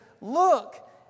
Look